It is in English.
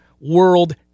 world